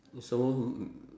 someone who